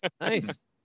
Nice